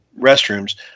restrooms